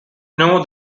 know